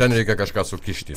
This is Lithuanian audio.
ten reikia kažką sukišti